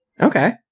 Okay